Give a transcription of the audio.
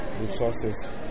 resources